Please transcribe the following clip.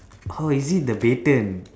oh is it the baton